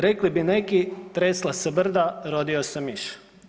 Rekli bi neki „tresla se brda, rodio se miš“